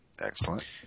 Excellent